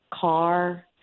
car